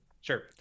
sure